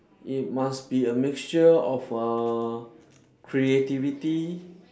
it must be a mixture of uh creativity